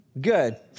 Good